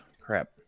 Crap